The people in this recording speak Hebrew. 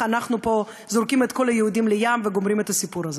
אנחנו פה זורקים את כל היהודים לים וגומרים את הסיפור הזה?